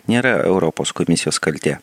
nėra europos komisijos kaltė